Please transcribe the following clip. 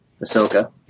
Ahsoka